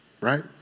Right